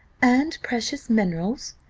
and precious minerals,